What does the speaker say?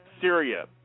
Syria